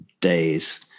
days